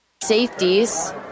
Safeties